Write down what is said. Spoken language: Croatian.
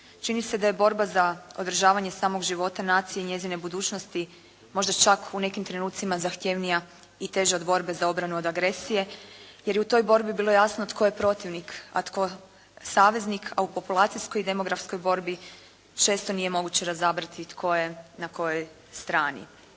Čini se da je borba za održavanje samog života nacije i njezine budućnosti možda čak u nekim trenutcima zahtjevnija i teža od borbe za obranu od agresije jer je u toj borbi bilo jasno tko je protivnik a tko saveznik a u populacijskoj i demografskoj borbi često nije moguće razabrati tko je na kojoj strani.